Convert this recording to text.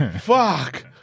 Fuck